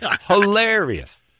Hilarious